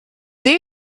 then